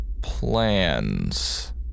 plans